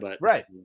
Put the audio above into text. Right